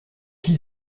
qui